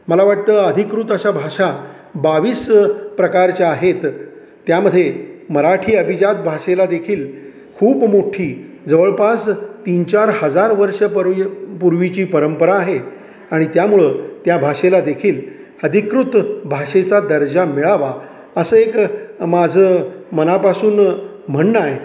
मला वाटतं अधिकृत अशा भाषा बावीस प्रकारच्या आहेत त्यामध्ये मराठी अभिजात भाषेला देखील खूप मोठी जवळपास तीनचार हजार वर्षं परवी पूर्वीची परंपरा आहे आणि त्यामुळं त्या भाषेला देखील अधिकृत भाषेचा दर्जा मिळावा असं एक माझं मनापासून म्हणणं आहे